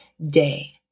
day